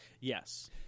Yes